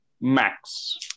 Max